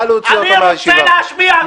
אני רוצה להשפיע.